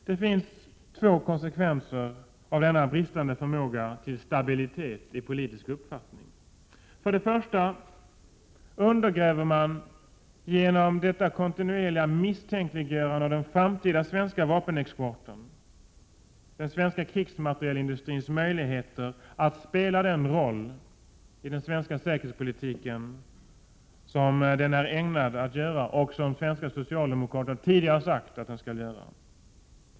Det blir två konsekvenser av denna bristande förmåga till stabilitet i den politiska uppfattningen. För det första undergräver man genom detta kontinuerliga misstänkliggörande den framtida svenska vapenexporten och den svenska krigsmaterielindustrins möjligheter att spela den roll i den svenska säkerhetspolitiken som är ägnad att göra den insats som socialdemokraterna tidigare sagt att den skall göra.